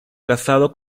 casado